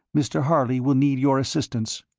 mr. harley will need your assistance.